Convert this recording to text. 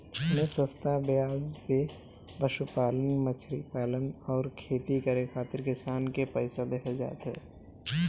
एमे सस्ता बेआज पे पशुपालन, मछरी पालन अउरी खेती करे खातिर किसान के पईसा देहल जात ह